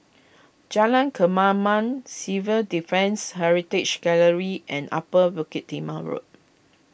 Jalan Kemaman Civil Defence Heritage Gallery and Upper Bukit Timah Road